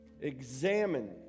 examine